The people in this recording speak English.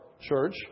church